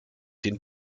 den